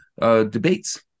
debates